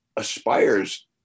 aspires